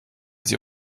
sie